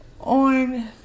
on